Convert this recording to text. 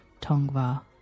Tongva